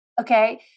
okay